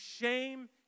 shame